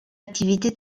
activité